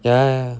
yeah yeah